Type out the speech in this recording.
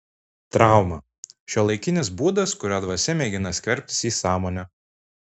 trauma šiuolaikinis būdas kuriuo dvasia mėgina skverbtis į sąmonę